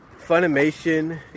Funimation